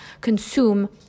consume